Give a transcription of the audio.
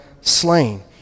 slain